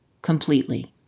completely